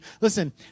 Listen